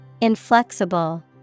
Inflexible